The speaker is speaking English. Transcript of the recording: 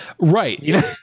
Right